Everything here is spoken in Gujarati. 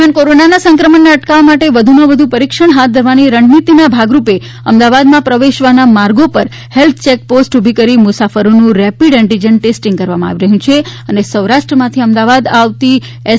દરમિયાન કોરોનાના સંક્રમણને અટકાવવા માટે વધુમાં વધુ પરીક્ષણ હાથ ધરવાની રણનીતિના ભાગરૂપે અમદાવાદમાં પ્રવેશવાના માર્ગો પર હેલ્થ ચેક પોસ્ટ ઊભી કરી મુસાફરોનું રેપીડ એન્ટીજન ટેસ્ટિંગ કરવામાં આવી રહ્યું છે અને સૌરાષ્ટ્રમાંથી અમદાવાદ આવતી એસ